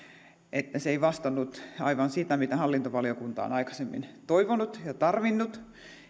että se ei vastannut aivan sitä mitä hallintovaliokunta on aikaisemmin toivonut ja tarvinnut